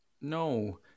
No